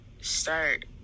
start